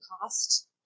cost